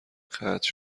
قطع